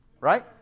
Right